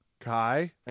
kai